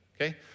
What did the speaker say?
okay